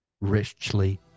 Richly